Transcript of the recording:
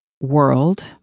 world